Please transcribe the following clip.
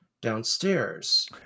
downstairs